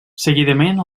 seguidament